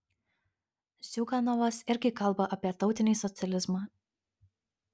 ziuganovas irgi kalba apie tautinį socializmą